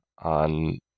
on